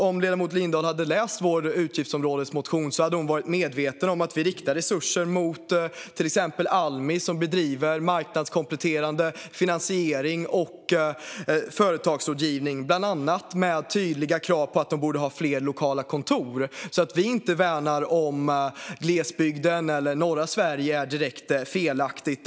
Om ledamoten Lindahl hade läst vår utgiftsområdesmotion hade hon varit medveten om att vi riktar resurser mot till exempel Almi, som bedriver marknadskompletterande finansiering och företagsrådgivning, bland annat med tydliga krav på att man borde ha fler lokala kontor. Att vi inte skulle värna om glesbygden eller norra Sverige är alltså direkt felaktigt.